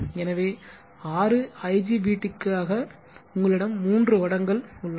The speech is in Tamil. எனவே ஆறு IGBT க்காக உங்களிடம் மூன்று வடங்கள் உள்ளன